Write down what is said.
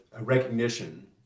recognition